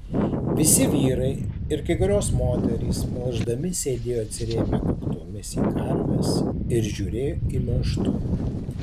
visi vyrai ir kai kurios moterys melždami sėdėjo atsirėmę kaktomis į karves ir žiūrėjo į melžtuvę